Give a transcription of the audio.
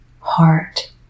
heart